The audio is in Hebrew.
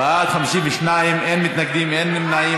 בעד 52, אין מתנגדים, אין נמנעים.